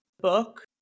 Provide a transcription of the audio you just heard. book